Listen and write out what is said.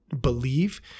believe